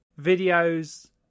videos